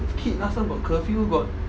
kid last time got curfew got